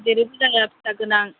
जेरैबो जाया फिसा गोनां